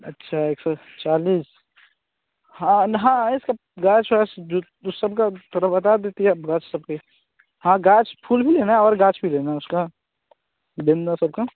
अच्छा एक सौ चालीस हाँ हाँ ग्रास वास जो ऊसब का थोड़ा बता देती है बरस सब के हाँ गांछ फूल भी लेना और गांछ भी देना उसका बिन नौ सौ का